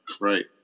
right